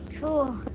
cool